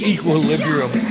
Equilibrium